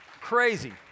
Crazy